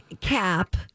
cap